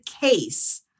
case